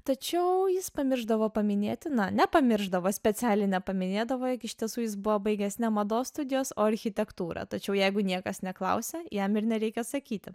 tačiau jis pamiršdavo paminėti na nepamiršdavo specialiai nepaminėdama jog iš tiesų jis buvo baigęs ne mados studijas o architektūrą tačiau jeigu niekas neklausia jam ir nereikia sakyti